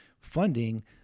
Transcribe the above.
funding